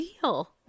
deal